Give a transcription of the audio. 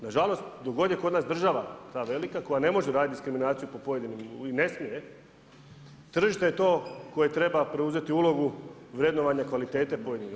Nažalost, dok god je kod nas država, ta velika, koja ne može raditi diskriminaciju po pojedinim i ne smije, tržište je to koje treba preuzeti ulogu vrednovanje kvaliteta pojedino.